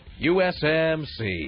USMC